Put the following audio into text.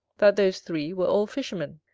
that those three were all fishermen.